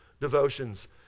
devotions